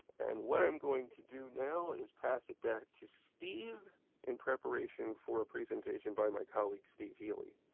and what i'm going to do now is pass it back to steve in preparation for a presentation by my colleague steve healy.